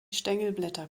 stängelblätter